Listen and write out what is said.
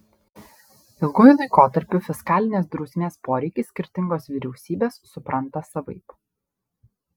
ilguoju laikotarpiu fiskalinės drausmės poreikį skirtingos vyriausybės supranta savaip